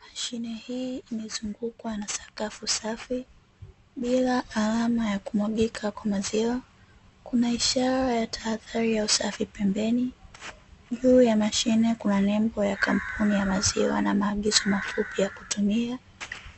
Mashine hii imezungukwa na sakafu safi, bila alama ya kumwagika kwa maziwa, kuna ishara ya tahadhari ya usafi pembeni; juu ya mashine kuna nembo ya kampuni ya maziwa na maagizo mafupi ya kutumia,